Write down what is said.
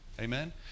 amen